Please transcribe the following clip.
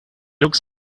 looks